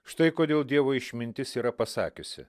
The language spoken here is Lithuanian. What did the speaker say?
štai kodėl dievo išmintis yra pasakiusi